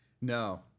No